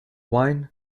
wine